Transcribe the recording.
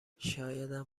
شایدم